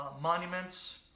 Monuments